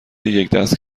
یکدست